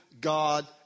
God